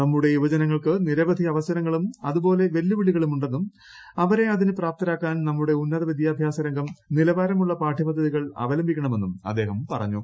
നമ്മുടെ യുവജനങ്ങൾക്ക് നിരവധി അവസരങ്ങളും അതുപോലെ വെല്ലുവിളികളും ഉണ്ടെന്നും അവരെ അതിന് പ്രാപ്തരാക്കാൻ നമ്മുടെ വിദ്യാഭ്യാസരംഗം നിലവാരമുള്ള പാഠ്യപദ്ധതികൾ ഉന്നത അവലംബിക്കണമെന്നും അദ്ദേഹം പറഞ്ഞു